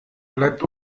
bleibt